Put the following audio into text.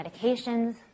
medications